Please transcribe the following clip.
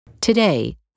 today